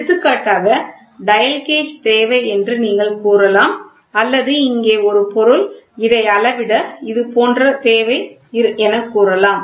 எடுத்துக்காட்டாக dial gauge தேவை என்று நீங்கள் கூறலாம் அல்லது இங்கே ஒரு பொருள் இதை அளவிட இது போன்று தேவை எனக் கூறலாம்